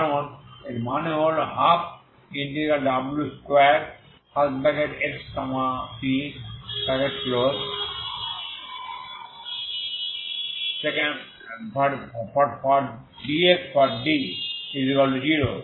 কারণ এর মানে হল 12w2xt⏟dxB0